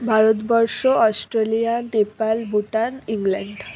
Bharatvarsha Australia Nepal Bhutan England